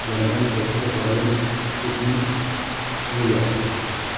London Tokyo Berlin Sydney New York